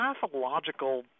pathological